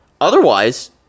Otherwise